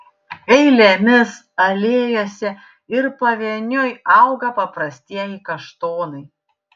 eilėmis alėjose ir pavieniui auga paprastieji kaštonai